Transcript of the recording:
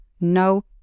No